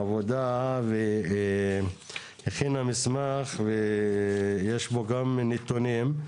עבודה והכינה מסמך ויש פה גם נתונים.